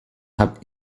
habt